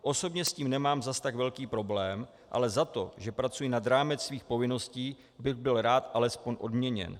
Osobně s tím nemám zase tak velký problém, ale za to, že pracuji nad rámec svých povinností, bych byl rád alespoň odměněn.